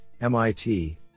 MIT